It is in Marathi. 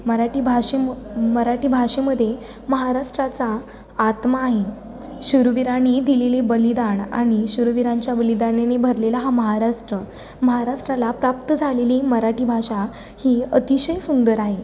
मराठी भाषेम मराठी भाषेमध्ये महाराष्ट्राचा आत्मा आहे शुरवीरानी दिलेले बलिदान आणि शुरवीरांच्या बलिदानाने भरलेला हा महाराष्ट्र महाराष्ट्राला प्राप्त झालेली मराठी भाषा ही अतिशय सुंदर आहे